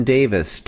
Davis